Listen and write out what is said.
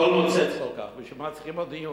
הכול נוצץ כל כך, בשביל מה צריך עוד דיון?